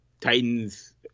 Titans